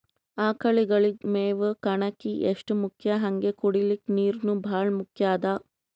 ಆಕಳಗಳಿಗ್ ಮೇವ್ ಕಣಕಿ ಎಷ್ಟ್ ಮುಖ್ಯ ಹಂಗೆ ಕುಡ್ಲಿಕ್ ನೀರ್ನೂ ಭಾಳ್ ಮುಖ್ಯ ಅದಾ